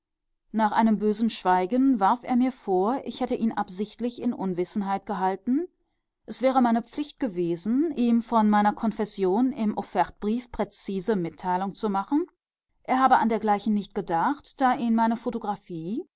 nach einem bösen schweigen warf er mir vor ich hätte ihn absichtlich in unwissenheit gehalten es wäre meine pflicht gewesen ihm von meiner konfession im offertbrief präzise mitteilung zu machen er habe an dergleichen nicht gedacht da ihn meine photographie